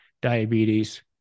diabetes